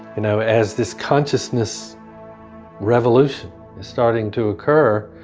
you know as this consciousness revolution is starting to occur,